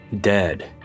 Dead